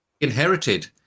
inherited